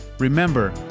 Remember